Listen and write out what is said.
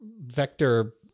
vector